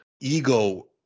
ego